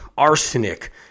arsenic